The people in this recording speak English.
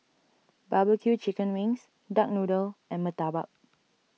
Barbecue Chicken Wings Duck Noodle and Murtabak